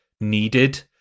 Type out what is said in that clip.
needed